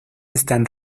están